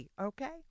Okay